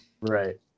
Right